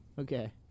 Okay